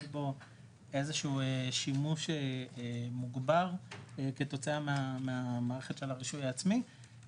בו איזה שהוא שימוש מוגבר כתוצאה מהמערכת של הרישוי העצמי,